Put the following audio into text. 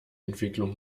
entwicklung